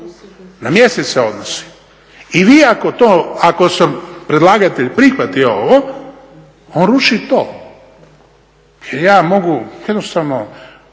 na mjesec se odnosi. I vi ako to, ako predlagatelj prihvati ovo on ruši to. Jer ja mogu jednostavno